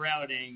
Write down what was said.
routing